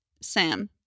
Sam